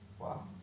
wow